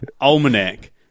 Almanac